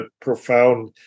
profound